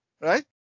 right